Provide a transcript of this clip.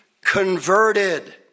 converted